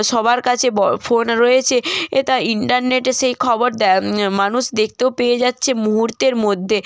সবার কাছে বড়ো ফোন রয়েছে এ তারা ইন্টারনেটে সেই খবর দেয় মানুষ দেখতেও পেয়ে যাচ্ছে মুহুর্তের মধ্যে